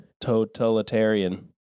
totalitarian